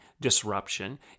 disruption